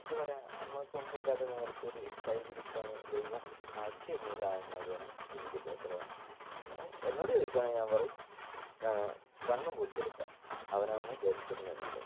എന്താണു പറയുക നമ്മൾക്കൊന്നും ഇല്ലാത്ത നേരത്തൊരു കൈ പിടിക്കാന് ദൈവം അയച്ചുതരുന്നൊരു സാധനം മാതിരിയാണ് ഈ വിദ്യാഭ്യാസ ലോണ് എന്നോട് ചോദിക്കുകയാണെങ്കില് ഞാൻ പറയും കണ്ണും പൂട്ടിയെടുക്കാം അവനവന് ഗട്സുണ്ടെന്നുണ്ടെങ്കില്